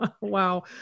wow